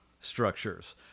structures